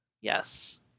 Yes